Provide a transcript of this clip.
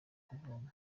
kuvoma